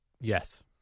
Yes